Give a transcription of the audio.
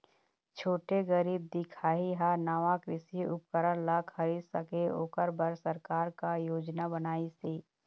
छोटे गरीब दिखाही हा नावा कृषि उपकरण ला खरीद सके ओकर बर सरकार का योजना बनाइसे?